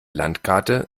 landkarte